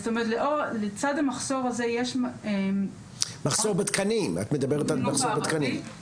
לצד המחסור --- את מדברת על מחסור בתקנים.